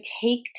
take